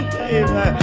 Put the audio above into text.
baby